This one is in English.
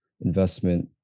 investment